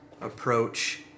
approach